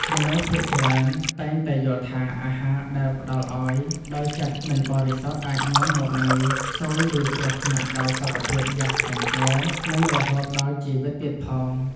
មនុស្សភាគច្រើនតែងតែយល់ថាអាហារដែលផ្តល់ឱ្យដោយចិត្តមិនបរិសុទ្ធអាចនាំមកនូវស៊យឬគ្រោះថ្នាក់ដល់សុខភាពយ៉ាងធ្ងន់ធ្ងរ និងរហូតដល់ជីវិតទៀតផង។